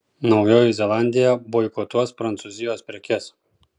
naujoji zelandija boikotuos prancūzijos prekes